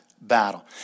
battle